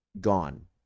gone